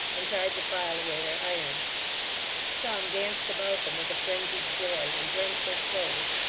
and tried to file away their irons some danced about them with a frenzied joy, and rent their clothes,